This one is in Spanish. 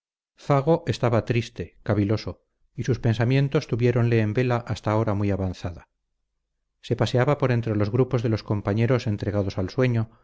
fago estaba triste caviloso y sus pensamientos tuviéronle en vela hasta hora muy avanzada se paseaba por entre los grupos de los compañeros entregados al sueño